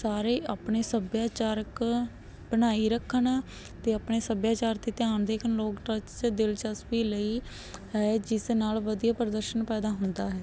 ਸਾਰੇ ਆਪਣੇ ਸੱਭਿਆਚਾਰਕ ਬਣਾਈ ਰੱਖਣ ਅਤੇ ਆਪਣੇ ਸੱਭਿਆਚਾਰ 'ਤੇ ਧਿਆਨ ਦੇਣ ਅਤੇ ਲੋਕ ਨਾਚ 'ਚ ਦਿਲਚਸਪੀ ਲਈ ਹੈ ਜਿਸ ਨਾਲ ਵਧੀਆ ਪ੍ਰਦਰਸ਼ਨ ਪੈਦਾ ਹੁੰਦਾ ਹੈ